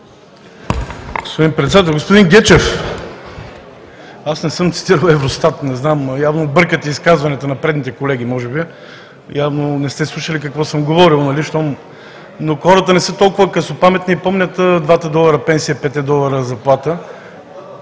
Господин Председател! Господин Гечев, аз не съм цитирал Евростат, не знам, явно бъркате изказването на предните колеги, може би. Явно не сте слушали какво съм говорил, но хората не са толкова късопаметни и помнят двата долара пенсия и петте долара заплата.